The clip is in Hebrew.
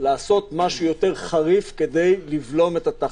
לעשות משהו יותר חריף כדי לבלום את התחלואה.